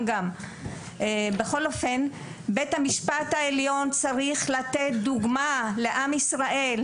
בכל אופן, בית המשפט צריך לתת דוגמה לעם ישראל,